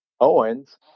Owens